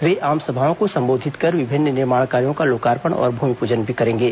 वे आमसभाओं को सम्बोधित कर विभिन्न निर्माण कार्यों का लोकार्पण और भूमिपूजन भी करेंगे